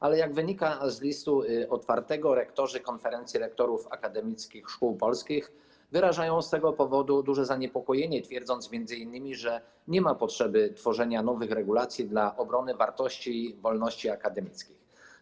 Ale jak wynika z listu otwartego, rektorzy Konferencji Rektorów Akademickich Szkół Polskich wyrażają z tego powodu duże zaniepokojenie, twierdząc m.in., że nie ma potrzeby tworzenia nowych regulacji dla obrony wartości i wolności akademickich.